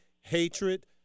hatred